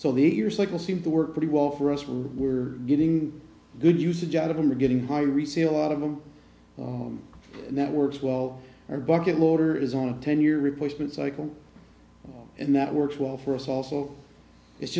so the eight year cycle seems to work pretty well for us when we're getting good usage out of them or getting high resale out of them and that works well or bucket loader is on a ten year replacement cycle and that works well for us also it's